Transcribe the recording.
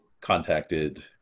contacted